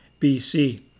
BC